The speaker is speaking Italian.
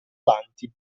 avanti